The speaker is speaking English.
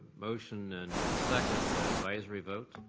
motion in second, advisory vote.